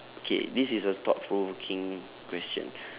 okay this is a thought provoking question